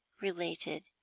related